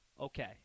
okay